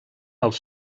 els